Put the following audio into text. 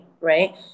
right